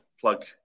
plug